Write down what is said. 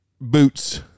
Boots